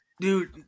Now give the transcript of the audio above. Dude